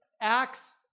Acts